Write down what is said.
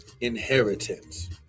inheritance